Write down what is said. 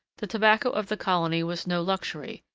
the tobacco of the colony was no luxury,